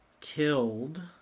killed